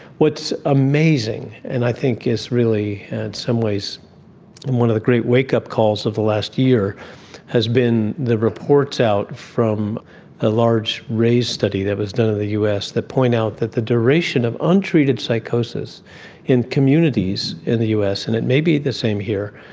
what's amazing and i think is really in and some ways and one of the great wake-up calls of the last year has been the reports out from a large raise study that was done in the us to point out that the duration of untreated psychosis in communities in the us, and it may be the same here,